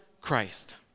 Christ